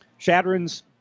Shadron's